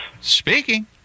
Speaking